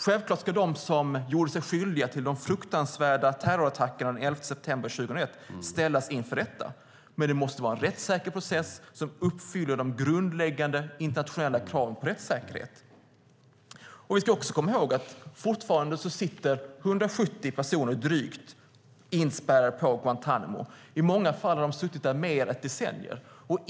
Självklart ska de som gjorde sig skyldiga till de fruktansvärda terrorattackerna den 11 september 2001 ställas inför rätta, men det måste vara en rättssäker process som uppfyller de grundläggande internationella kraven på rättssäkerhet. Vi ska komma ihåg att fortfarande sitter 170 personer inspärrade på Guantánamo. I många fall har de suttit där i över ett decennium.